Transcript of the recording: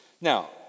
now